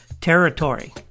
territory